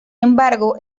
embargo